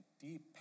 deep